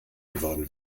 geworden